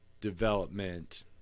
development